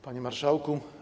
Panie Marszałku!